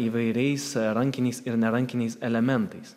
įvairiais rankiniais ir ne rankiniais elementais